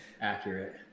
accurate